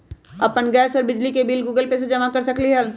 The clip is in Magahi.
अपन गैस और बिजली के बिल गूगल पे से जमा कर सकलीहल?